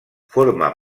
forma